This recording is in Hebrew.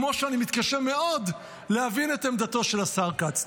כמו שאני מתקשה מאוד להבין את עמדתו של השר כץ.